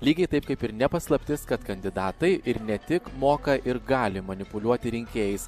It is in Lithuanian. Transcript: lygiai taip kaip ir ne paslaptis kad kandidatai ir ne tik moka ir gali manipuliuoti rinkėjais